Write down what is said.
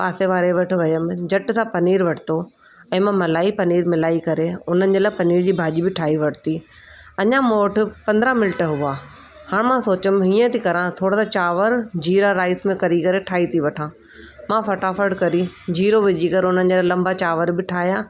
पासे वारे वटि वयमि झटि सां पनीर वरितो ऐं मां मलाई पनीर मिलाई करे उन्हनि जे लाइ पनीर जी भाॼी बि ठाहे वरिती अञा मूं वटि पंद्रहं मिन्ट हुआ हाणे मां सोचियमि हीअं थी करां थोरा सां चावर जीरा राईस में करी करे ठाहे थी वठां मां फटाफटि करी जीरो विझी करे उन्हनि जे लाइ लंबा चांवर बि ठाहिया